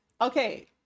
okay